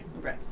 Right